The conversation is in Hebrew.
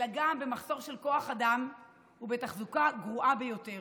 אלא גם במחסור של כוח אדם ובתחזוקה גרועה ביותר.